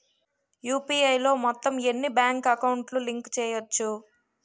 UPI లో మొత్తం ఎన్ని బ్యాంక్ అకౌంట్ లు లింక్ చేయచ్చు?